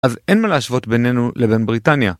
אז אין מה להשוות בינינו לבין בריטניה.